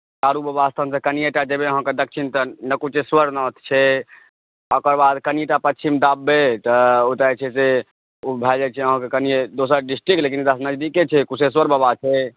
कारूबाबा स्थानसँ कनिये टा जेबै अहाँकेँ दक्षिण तऽ नकुटेश्वरनाथ छै ओकर बाद कनिटा पश्चिम दाबबै तऽ ओतय जे छै से ओ भए जाइत छै अहाँकेँ कनिए दोसर डिस्ट्रिक्ट लेकिन नजदीके छै कुशेश्वर बाबा छै